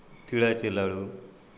तिळाचे लाडू